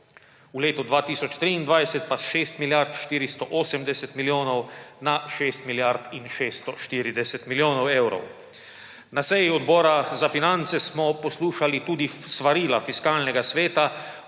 v letu 2023 pa s 6 milijard 480 milijonov na 6 milijard in 640 milijonov evrov. Na seji Odbora za finance smo poslušali tudi svarila Fiskalnega sveta